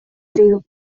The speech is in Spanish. ryu